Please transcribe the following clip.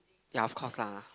ya of course lah